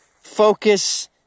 focus